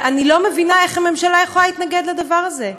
ואני לא מבינה איך הממשלה יכולה להתנגד לדבר הזה.